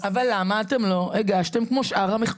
-- אבל למה אתם לא הגשתם כמו שאר המכללות,